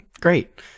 Great